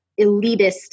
elitist